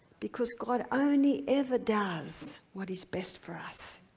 because god only ever does what is best for us.